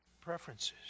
preferences